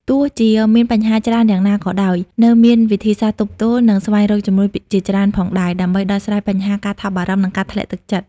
ទោះជាមានបញ្ហាច្រើនយ៉ាងណាក៏យើងនូវមានវិធីសាស្ត្រទប់ទល់ និងស្វែងរកជំនួយជាច្រើនផងដែរ ដើម្បីដោះស្រាយបញ្ហាការថប់បារម្ភ និងការធ្លាក់ទឹកចិត្ត។